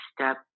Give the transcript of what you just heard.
step